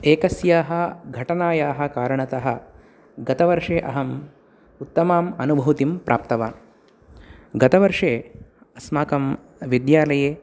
एकस्याः घटनायाः कारणतः गतवर्षे अहम् उत्तमाम् अनुभूतिं प्राप्तवान् गतवर्षे अस्माकं विद्यालये